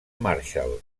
marshall